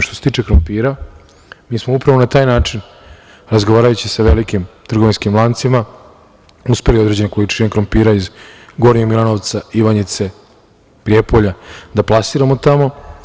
Što se tiče krompira, mi smo upravo na taj način, razgovarajući sa velikim trgovinskim lancima, uspeli određene količine krompira iz Gornjeg Milanovca, Ivanjice, Prijepolja da plasiramo tamo.